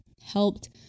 helped